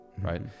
right